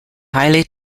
highly